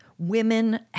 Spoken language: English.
Women